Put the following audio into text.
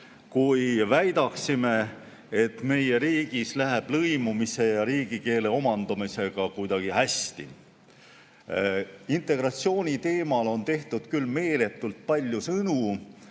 kui väidaksime, et meie riigis läheb lõimumine ja riigikeele omandamine kuidagi hästi. Integratsiooni teemal on tehtud küll meeletult palju sõnu